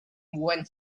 when